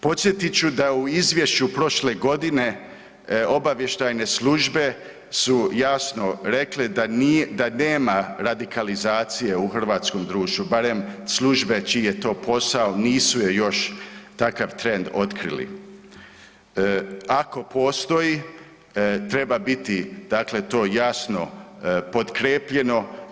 Podsjetit ću da u izvještaju prošle godine obavještajne službe su jasno rekle da nije, da nema radikalizacije u hrvatskom društvu, barem službe čiji je to posao nisu je još, takav trend otkrili, ako postoji treba biti dakle to jasno potkrijepljeno.